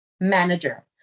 manager